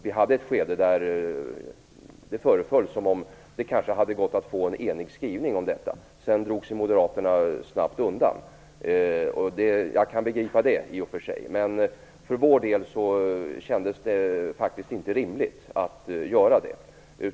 I ett skede föreföll det som om det skulle ha gått av bli eniga om en skrivning kring detta. Sedan drog sig moderaterna snabbt undan. Jag kan i och för sig begripa det, men för vår del kändes det faktiskt inte rimligt att göra det.